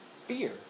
fear